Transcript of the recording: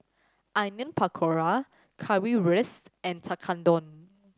Onion Pakora Currywurst and Tekkadon